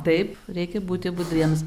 taip reikia būti budriems